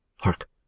Hark